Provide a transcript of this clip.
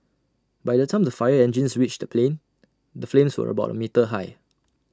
by the time the fire engines reached the plane the flames were about A metre high